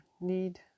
need